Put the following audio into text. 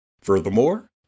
Furthermore